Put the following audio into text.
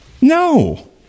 No